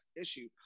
issue